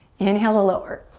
inhale to lower.